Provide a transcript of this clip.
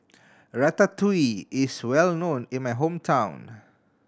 ratatouille is well known in my hometown